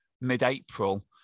mid-April